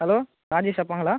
hello Rajesh அப்பாங்களா